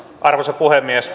arvoisa puhemies